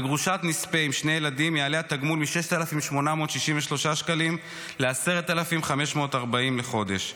לגרושת נספה עם שני ילדים יעלה התגמול מ-6,863 שקלים ל-10,540 בחודש,